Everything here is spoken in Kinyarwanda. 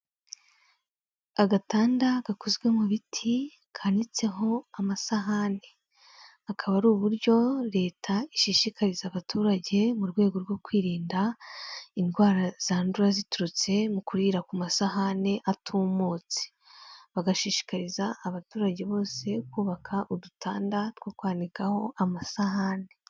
Agatanda gakozwe mu biti kanitseho amasahani, akaba ari uburyo Leta ishishikariza abaturage mu rwego rwo kwirinda indwara zandura ziturutse mu kuririra ku masahani atumutse, bagashishikariza abaturage bose kubaka udutanda two kwanikaho amasahani.